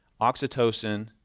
oxytocin